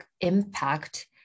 impact